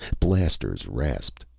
blasters rasped.